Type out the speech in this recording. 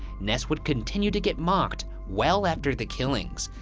ness would continue to get mocked well after the killings.